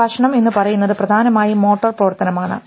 സംഭാഷണം എന്നുപറയുന്നത് പ്രധാനമായും മോട്ടോർ പ്രവർത്തനമാണ്